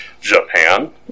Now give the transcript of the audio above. Japan